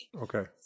Okay